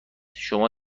شما